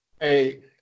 Hey